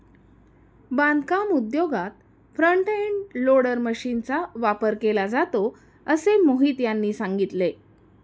बांधकाम उद्योगात front end loader मशीनचा वापर केला जातो असे मोहित यांनी सांगितले